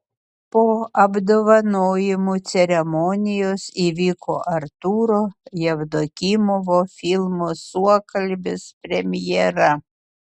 po apdovanojimų ceremonijos įvyko artūro jevdokimovo filmo suokalbis premjera